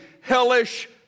hellish